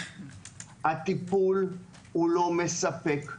הטיפול לא מספק.